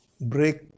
break